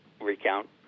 recount